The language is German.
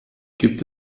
gibt